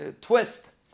twist